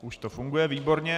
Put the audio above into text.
Už to funguje, výborně.